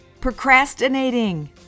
procrastinating